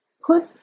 put